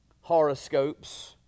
horoscopes